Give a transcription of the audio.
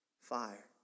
fire